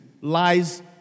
lies